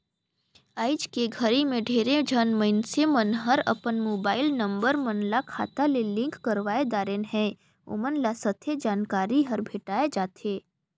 आइज के घरी मे ढेरे झन मइनसे मन हर अपन मुबाईल नंबर मन ल खाता ले लिंक करवाये दारेन है, ओमन ल सथे जानकारी हर भेंटाये जाथें